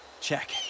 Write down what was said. Check